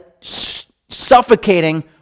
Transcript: suffocating